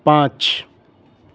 પાંચ